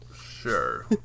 sure